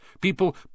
People